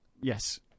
yes